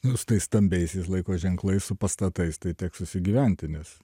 nu su tais stambiaisiais laiko ženklai su pastatais tai teks susigyventi nes